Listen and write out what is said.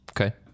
Okay